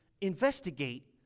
investigate